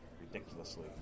Ridiculously